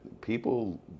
People